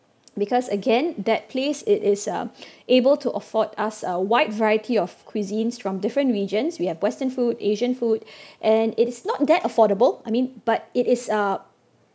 because again that place it is uh able to afford us a wide variety of cuisines from different regions we have western food asian food and it is not that affordable I mean but it is uh